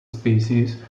species